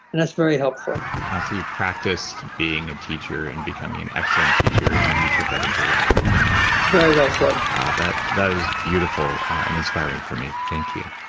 and that's very helpful ah so you practiced being a teacher, in becoming an excellent teacher, and then you took that into your writing very well said ah that that is beautiful and inspiring for me, thank you.